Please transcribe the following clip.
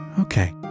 Okay